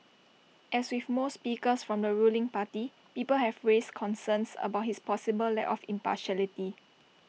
as with most speakers from the ruling party people have raised concerns about his possible lack of impartiality